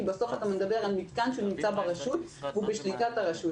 כי בסופו של דבר מדובר על מתקן שנמצא ברשות ובשליטת הרשות.